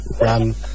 run